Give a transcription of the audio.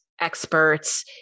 experts